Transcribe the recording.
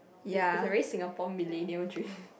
it's it's a very Singapore millennium dream